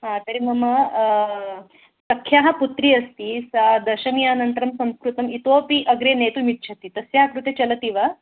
ह तर्हि मम सख्याः पुत्री अस्ति सा दशमयानन्तरं संस्कृतम् इतोऽपि अग्रे नेतुमिच्छति तस्याः कृते चलति वा